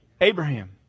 Abraham